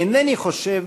אינני חושב